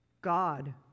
God